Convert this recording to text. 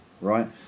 right